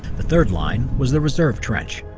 the third line was the reserved trench.